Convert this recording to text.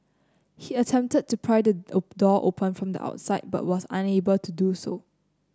he attempted to pry the door open from the outside but was unable to do so